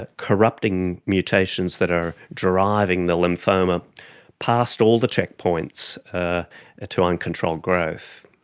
ah corrupting mutations that are driving the lymphoma past all the checkpoints ah to uncontrolled growth.